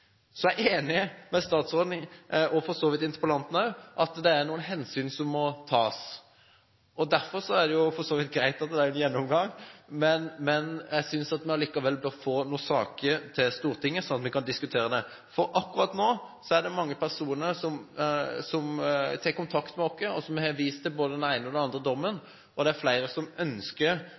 Så jeg er enig med statsråden, og for så vidt også med interpellanten, i at det er noen hensyn som må tas. Derfor er det greit at det er en gjennomgang, men jeg synes at vi allikevel bør få noen saker til Stortinget, slik at vi kan diskutere det. For akkurat nå er det mange personer som tar kontakt med oss og viser til både den ene og den andre dommen, og det er flere som ønsker